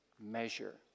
measure